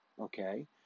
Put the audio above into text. okay